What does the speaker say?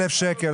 1,000 שקלים,